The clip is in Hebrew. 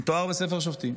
אולי, כמתואר בספר שופטים.